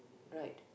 right